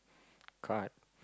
card